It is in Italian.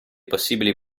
possibili